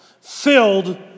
filled